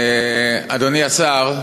אדוני השר,